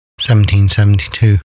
1772